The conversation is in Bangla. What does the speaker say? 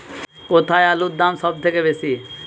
কোথায় আলুর দাম সবথেকে বেশি?